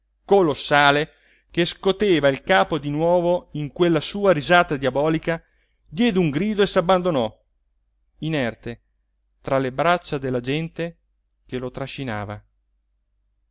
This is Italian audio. colossale che scoteva il capo di nuovo in quella sua risata diabolica diede un grido e s'abbandonò inerte tra le braccia della gente che lo trascinava